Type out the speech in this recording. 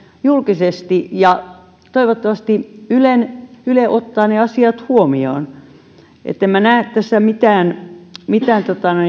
julkisesti ja toivottavasti yle ottaa ne asiat huomioon en minä näe tässä mitään mitään